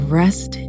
rest